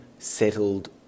Settled